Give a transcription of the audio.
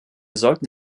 sollten